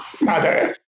mother